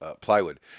plywood